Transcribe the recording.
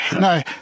No